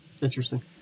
Interesting